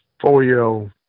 Four-year-old